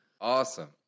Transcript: Awesome